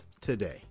today